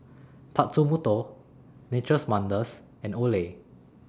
Tatsumoto Nature's Wonders and Olay